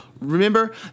Remember